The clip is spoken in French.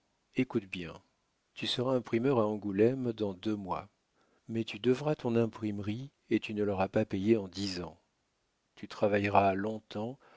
écoute bien tu seras imprimeur à angoulême dans deux mois mais tu devras ton imprimerie et tu ne l'auras pas payée en dix ans tu travailleras longtemps